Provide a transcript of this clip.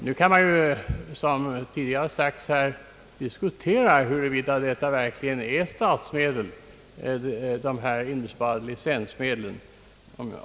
Nu kan man, som det tidigare sagts här, diskutera huruvida dessa licenspengar verkligen är statsmedel.